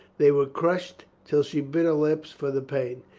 they were crushed till she bit her lips for the pain.